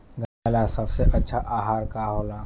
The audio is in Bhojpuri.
गाय ला सबसे अच्छा आहार का होला?